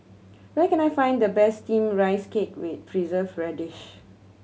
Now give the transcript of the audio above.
where can I find the best Steamed Rice Cake with Preserved Radish